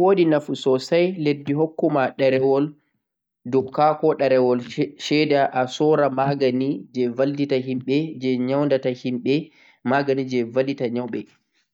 Wodi nafu sosai leddi hukkuma ɗarewol sheda a soora magani je vallitita himɓe be je nyauɗata himɓe.